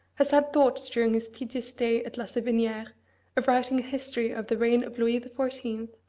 has had thoughts during his tedious stay at la saviniere of writing a history of the reign of louis the fourteenth,